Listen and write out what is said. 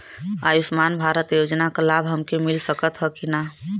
आयुष्मान भारत योजना क लाभ हमके मिल सकत ह कि ना?